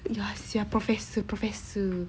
ya sia professor professor